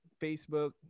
Facebook